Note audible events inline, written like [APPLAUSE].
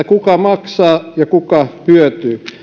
[UNINTELLIGIBLE] kuka maksaa ja kuka hyötyy